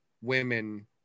women